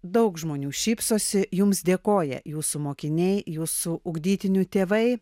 daug žmonių šypsosi jums dėkoja jūsų mokiniai jūsų ugdytinių tėvai